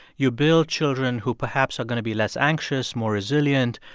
you build children who perhaps are going to be less anxious, more resilient,